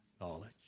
knowledge